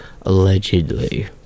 allegedly